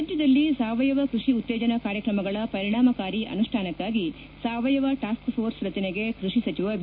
ರಾಜ್ಯದಲ್ಲಿ ಸಾವಯವ ಕೃಷಿ ಉತ್ತೇಜನ ಕಾರ್ಯಕ್ರಮಗಳ ಪರಿಣಾಮಕಾರಿ ಅನುಷ್ಠಾನಕ್ಕಾಗಿ ಸಾವಯವ ಟಾಸ್ಕ್ ಫೋರ್ಸ್ ರಚನೆಗೆ ಕೃಷಿ ಸಚಿವ ಬಿ